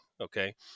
okay